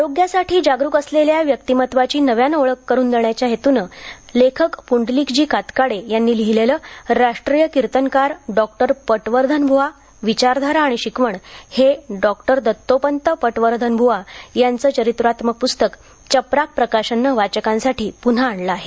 आरोग्यासाठी जागरुक असलेल्या व्यक्तिमत्त्वाची नव्यानं ओळख करून देण्याच्या हेतूनं लेखक पुंडलीकजी कातकाडे यांनी लिहिलेलं राष्ट्रीय कीर्तनकार डॉक्टर पटवर्धनव्वा विचारधारा आणि शिकवण हे डॉक्टर दत्तोपंत पटवर्धनव्वा यांचं चरित्रात्मक प्स्तक चपराक प्रकाशननं वाचकांसाठी पुन्हा आणलं आहे